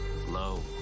low